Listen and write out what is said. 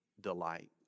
delight